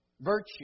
virtue